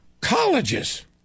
colleges